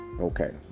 okay